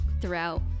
throughout